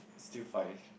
still fine